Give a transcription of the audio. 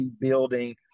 building